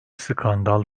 skandal